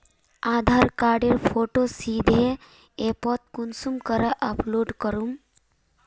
आधार कार्डेर फोटो सीधे ऐपोत कुंसम करे अपलोड करूम?